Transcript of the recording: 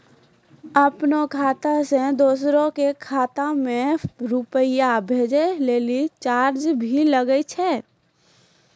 आपनों खाता सें दोसरो के खाता मे रुपैया भेजै लेल चार्ज भी लागै छै?